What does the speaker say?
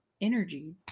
energy